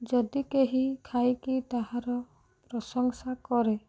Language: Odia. ଯଦି କେହି ଖାଇକି ତାହାର ପ୍ରଶଂସା କରେ